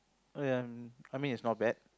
and I mean it's not bad